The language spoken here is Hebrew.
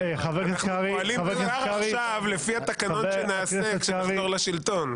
אנחנו פועלים עד עכשיו לפי התקנון שנעשה כשנחזור לשלטון.